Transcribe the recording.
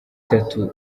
itatu